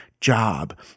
job